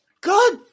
God